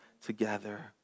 together